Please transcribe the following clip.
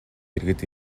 эргээд